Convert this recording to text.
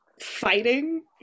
fighting